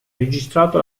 registrato